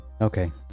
Okay